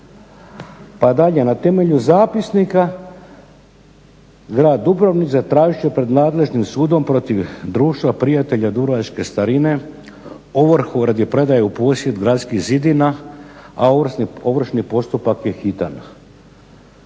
Pa dalje, na temelju zapisnika grad Dubrovnik zatražit će pred nadležnim sudom protiv Društva prijatelja dubrovačke starine ovrhu radi predaje u posjed gradskih zidina, a ovršni postupak je hitan.